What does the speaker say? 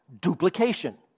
duplication